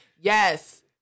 Yes